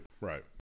Right